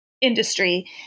industry